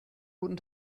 guten